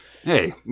Hey